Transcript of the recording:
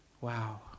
Wow